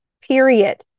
period